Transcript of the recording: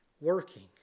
working